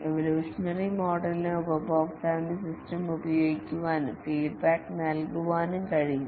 evolutionary മോഡലിന് ഉപഭോക്താവിന് system ഉപയോഗിക്കാനും ഫീഡ്ബാക്ക് നൽകാനും കഴിയും